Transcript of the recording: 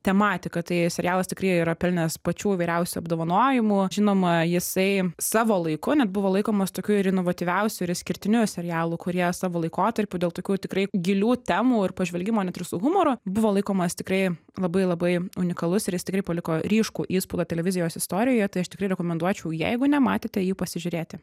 tematika tai serialas tikrai yra pelnęs pačių įvairiausių apdovanojimų žinoma jisai savo laiku net buvo laikomas tokiu ir inovatyviausiu ir išskirtiniu serialu kurie savo laikotarpiu dėl tokių tikrai gilių temų ir pažvelgimo net ir su humoru buvo laikomas tikrai labai labai unikalus ir jis tikrai paliko ryškų įspaudą televizijos istorijoje tai aš tikrai rekomenduočiau jeigu nematėte jį pasižiūrėti